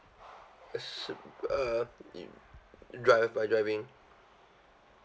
it's uh drive by driving